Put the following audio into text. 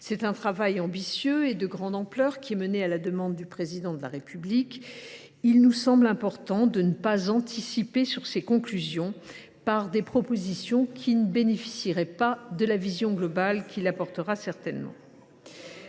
Ce travail ambitieux et de grande ampleur est mené à la demande du Président de la République, et il nous semble important de ne pas anticiper sur ses conclusions par des propositions qui ne bénéficieraient pas de la vision globale qu’il apportera certainement.